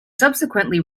subsequently